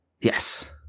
Yes